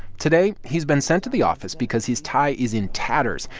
today, he's been sent to the office because his tie is in tatters,